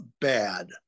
bad